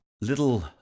little